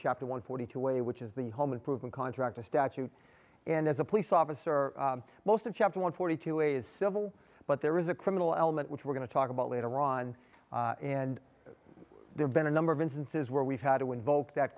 chapter one forty two way which is the home improvement contractor statute and as a police officer most of chapter one forty two a is civil but there is a criminal element which we're going to talk about later on and there's been a number of instances where we've had to invoke that